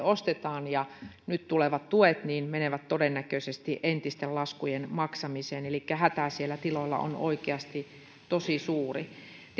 ostetaan nyt tulevat tuet menevät todennäköisesti entisten laskujen maksamiseen elikkä hätä siellä tiloilla on oikeasti tosi suuri